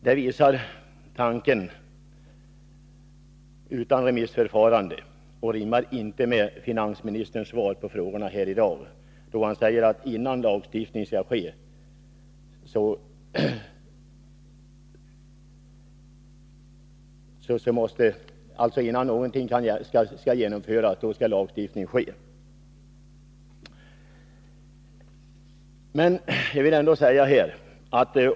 Det visar att man inte tänkt sig något remissförfarande, och det rimmar inte med finansministerns svar på frågorna här i dag. Han säger att innan någonting kan genomföras skall lagstiftning ske.